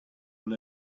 have